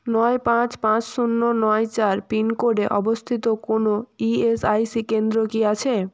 নয় পাঁচ পাঁচ শূন্য নয় চার পিনকোডে অবস্থিত কোনও ই এস আই সি কেন্দ্র কি আছে